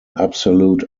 absolute